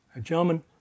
Gentlemen